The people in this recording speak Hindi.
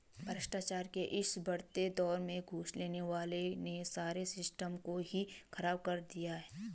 भ्रष्टाचार के इस बढ़ते दौर में घूस लेने वालों ने सारे सिस्टम को ही खराब कर दिया है